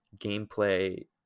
gameplay